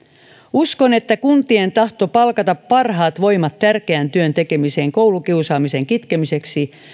uskon että kuntien tahto palkata parhaat voimat tärkeän työn tekemiseen koulukiusaamisen kitkemiseksi